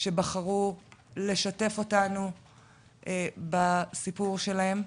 שבחרו לשתף אותנו בסיפור שלהן.